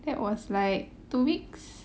that was like two weeks